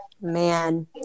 Man